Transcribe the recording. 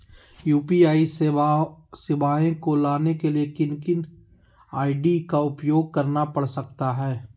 UPI सेवाएं को लाने के लिए किन किन आई.डी का उपयोग करना पड़ सकता है?